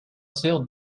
sœur